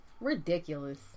Ridiculous